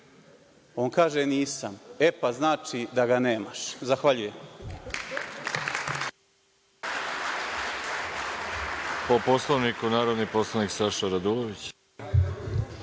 On kaže – nisam. E pa znači da ga nemaš. Zahvaljujem.